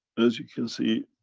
as you can see,